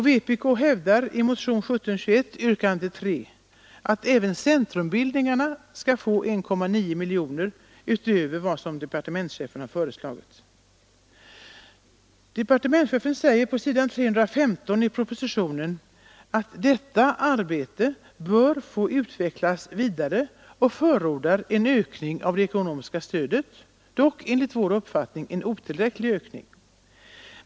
Vpk hävdar i motionen 1721, yrkande 3, att även centrumbildningarna skall få 1,9 miljoner kronor utöver vad departementschefen har föreslagit. Departementschefen säger på s. 315 i propositionen att centrumbildningarnas arbete bör få utvecklas vidare, och han förordar en ökning av det ekonomiska stödet — dock enligt vår uppfattning en otillräcklig ökning.